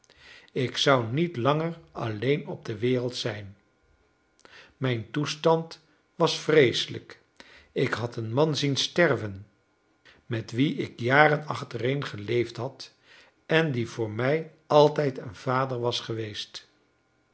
ik zou niet langer alleen op de wereld zijn mijn toestand was vreeselijk ik had een man zien sterven met wien ik jaren achtereen geleefd had en die voor mij altijd een vader was geweest